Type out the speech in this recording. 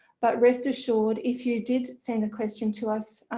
but rest assured, if you did send a question to us,